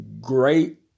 Great